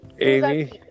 Amy